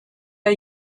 der